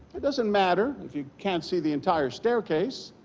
it doesn't matter if you can't see the entire staircase.